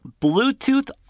Bluetooth